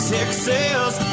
Texas